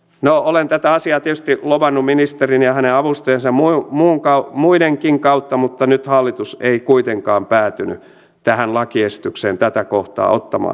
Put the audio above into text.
no olen tätä asiaa tietysti lobannut ministerin ja hänen avustajansa ja muidenkin kautta mutta nyt hallitus ei kuitenkaan päätynyt tähän lakiesitykseen tätä kohtaa ottamaan